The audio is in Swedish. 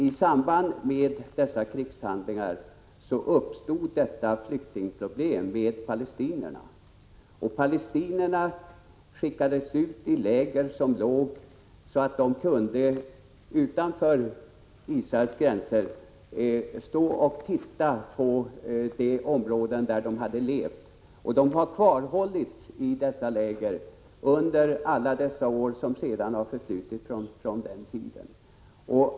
I samband med krigshandlingarna uppstod flyktingproblemet med palestinierna. Dessa skickades ut till läger utanför Israels gränser, där de kunde stå och se de områden där de hade levat. Palestinierna har kvarhållits i dessa läger under alla år därefter.